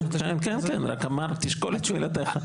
כן, הוא רק אמר שתשקול את תשובתך.